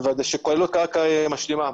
שכוללות קרקע משלימה.